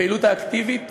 הפעילות האקטיבית